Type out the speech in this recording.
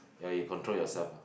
ya you control yourself lah